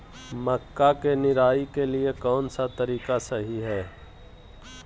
मक्का के निराई के लिए कौन सा तरीका सही है?